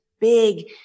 big